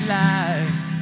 life